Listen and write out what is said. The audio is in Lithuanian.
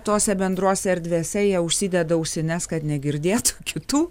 tose bendrose erdvėse jie užsideda ausines kad negirdėtų kitų